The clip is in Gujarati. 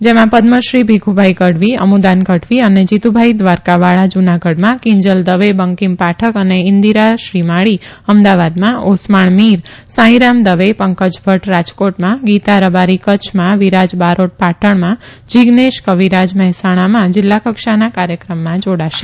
જેમાં થ્ર શ્રી ભીખુભાઈ ગઢવી અમુદાન ગઢવી અને જીતુભાઈ દ્વારકાવાળા જૂનાગઢમાંકિંજલ દવેબંકીમ ાઠક અને ઇન્દિરા શ્રીમાળી અમદાવાદમાં ઓસમાણ મીર સાંઇરામ દવે કજ ભદ રાજકોટમાં ગીતા રબારી કચ્છમાં વિરાજ બારોટ ાટણમાં જીઝેશ કવિરાજ મહેસાણામાં જિલ્લા કક્ષાના કાર્યક્રમમાં જાડાશે